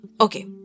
okay